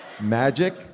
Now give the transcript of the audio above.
Magic